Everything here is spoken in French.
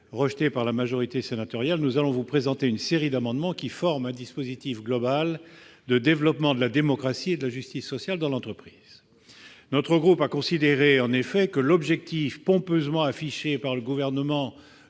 rejeté par la majorité sénatoriale, le groupe socialiste et républicain va présenter une série d'amendements qui forment un dispositif global de développement de la démocratie et de la justice sociale dans l'entreprise. Notre groupe a considéré, en effet, que l'objectif pompeusement affiché par le Gouvernement